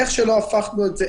איך שלא הפכנו את זה,